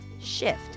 shift